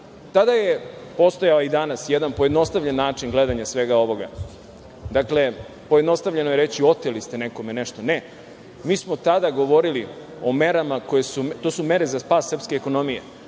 Tada je, a postoji i danas, jedan pojednostavljen način gledanja svega ovoga. Dakle, pojednostavljeno je reći – oteli ste nekome nešto. Ne, mi smo tada govorili o merama, koje su za spas srpske ekonomije,